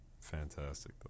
Fantastic